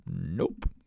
Nope